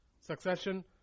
succession